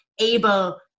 able